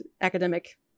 academic